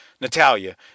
Natalia